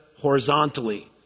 horizontally